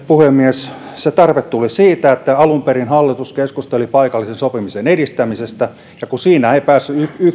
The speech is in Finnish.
puhemies se tarve tuli siitä että alun perin hallitus keskusteli paikallisen sopimisen edistämisestä ja kun siinä ei